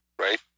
Right